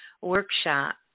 workshop